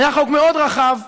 היה חוק מאוד רחב,